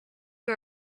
you